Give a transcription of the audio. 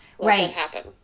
Right